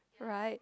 right